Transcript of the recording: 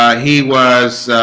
he was